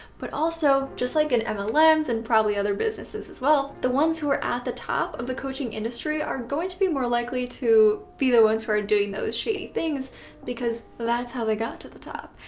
but also just like in um ah like mlms and probably other businesses as well, the ones who are at the top of the coaching industry are going to be more likely to be the ones who are doing those shady things because that's how they got to the top.